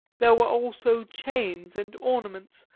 there were also chains and ornaments,